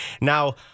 Now